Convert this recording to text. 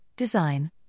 design